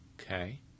Okay